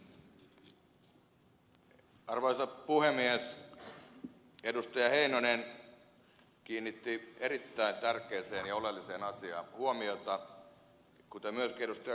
heinonen kiinnitti erittäin tärkeään ja oleelliseen asiaan huomiota kuten myöskin ed